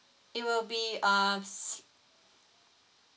it will be uh